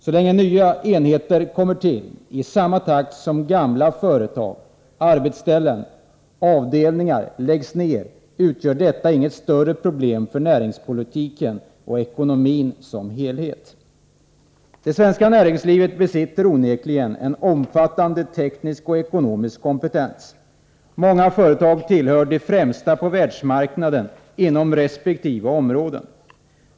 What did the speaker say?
Så länge nya enheter kommer till i samma takt som gamla företag, arbetsställen, avdelningar m.m. läggs ned, utgör detta inget större problem för näringspolitiken och ekonomin som helhet. Det svenska näringslivet besitter onekligen en omfattande teknisk och ekonomisk kompetens. Många företag tillhör de främsta på världsmarknaden inom resp. områden.